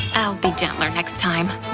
i'll be gentler next time.